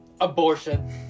Abortion